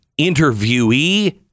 interviewee